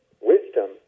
wisdom